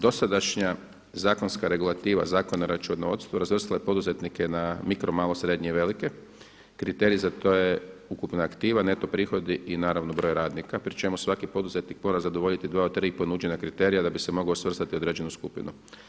Dosadašnja zakonska regulativa Zakona o računovodstvu razvrstala je poduzetnike na mikro malo, srednje i velike kriterij za to je ukupna aktiva neto prihodi i naravno broj radnika pri čemu svaki poduzetnik mora zadovoljiti dva od tri ponuđena kriterija da bi se mogao svrstati u određenu skupinu.